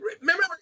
remember